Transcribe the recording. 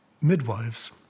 Midwives